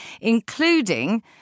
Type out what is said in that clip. including